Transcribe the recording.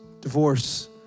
divorce